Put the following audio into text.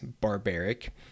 barbaric